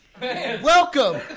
Welcome